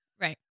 right